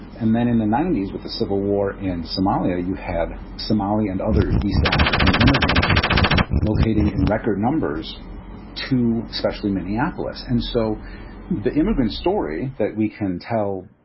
and then in the ninety s, with the civil war in somalia, you had somalia and other east african immigrants locating in record numbers to especially minneapolis. and so the immigrant story that we can tell,